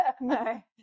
No